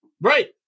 Right